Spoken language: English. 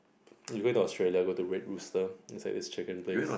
if you go to Australia go to Red-Rooster it's like this chicken place